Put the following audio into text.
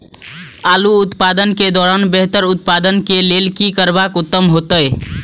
आलू उत्पादन के दौरान बेहतर उत्पादन के लेल की करबाक उत्तम होयत?